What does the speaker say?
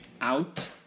out